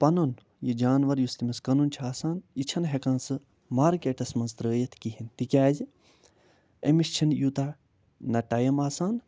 پَنُن یہِ جانوَر یُس تٔمِس کٕنُن چھِ آسان یہِ چھنہٕ ہٮ۪کان سُہ مارکیٹَس منٛز ترٛٲیِتھ کِہیٖنۍ تِکیٛازِ أمِس چھِنہٕ یوٗتاہ نہ ٹایَم آسان